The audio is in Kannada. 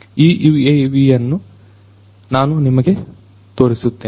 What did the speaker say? ಆ UAV ಯನ್ನು ನಾನು ನಿಮಗೆ ತೋರಿಸುತ್ತೇನೆ